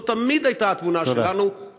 זאת תמיד הייתה התבונה שלנו.